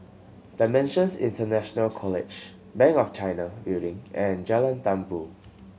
Dimensions International College Bank of China Building and Jalan Tambur